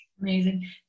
Amazing